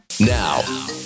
Now